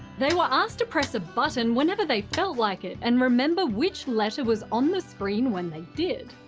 they were asked to press a button whenever they felt like it and remember which letter was on the screen when they did.